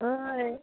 होय